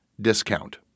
discount